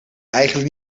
eigenlijk